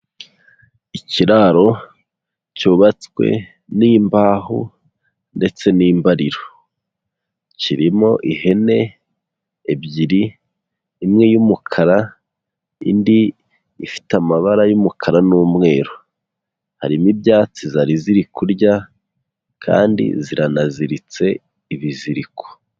Ikiraro cyubatswe n'imbaho ndetse n'imbariro. Kirimo ihene ebyiri, imwe y'umukara, indi ifite amabara y'umukara n'umweru. Harimo ibyatsi zari ziri kurya kandi ziranaziritse ibiziriko.